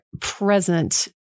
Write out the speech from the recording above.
present